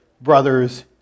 brothers